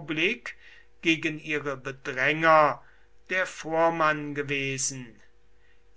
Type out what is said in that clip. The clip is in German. republik gegen ihre bedränger der vormann gewesen